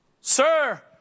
Sir